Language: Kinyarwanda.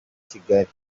kigali